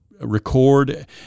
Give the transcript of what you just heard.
record